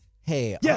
hey